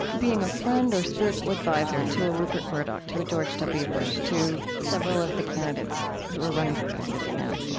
being a friend or spiritual advisor and to a rupert murdoch, to a george w. bush, to several of the candidates who are running for president now,